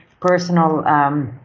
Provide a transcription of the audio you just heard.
personal